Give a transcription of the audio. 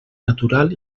natural